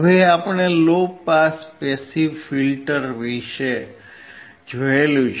હવે આપણે low pass passive filter જોયું છે